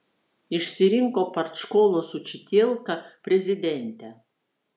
išsirinko partškolos učitielka prezidentę